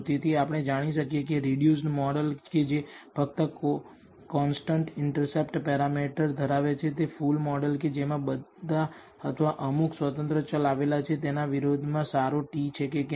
તેથી આપણે જાણી શકીએ કે રિડ્યુસડ મોડલ કે જે ફક્ત કોન્સ્ટન્ટ ઇન્ટરસેપ્ટ પેરામીટર ધરાવે છે તે ફુલ મોડલ કે જેમાં બધા અથવા અમુક આશ્રિત ચલ આવેલા હોય છે તેના વિરોધમાં સારો t છે કે કેમ